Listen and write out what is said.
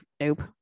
nope